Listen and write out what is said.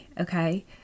okay